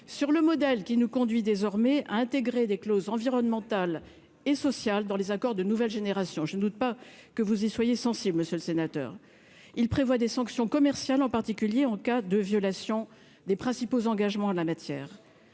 sur le modèle qui nous conduit désormais à intégrer des clauses environnementales et sociales dans les accords de nouvelle génération. Je ne doute pas que vous y soyez sensible, monsieur le sénateur. Il prévoit notamment des sanctions commerciales en cas de violation des principaux engagements en la matière.